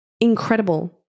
incredible